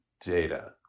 data